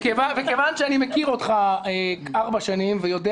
מכיוון שאני מכיר אותך ארבע שנים ויודע